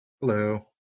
Hello